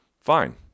fine